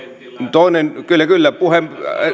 kyllä kyllä